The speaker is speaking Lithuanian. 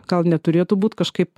gal neturėtų būt kažkaip